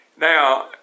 Now